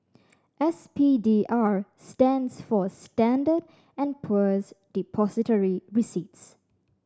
S P D R stands for Standard and Poor's Depository Receipts